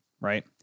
right